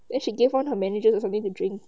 then she gave one her manager or something to drink